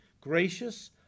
gracious